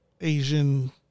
Asian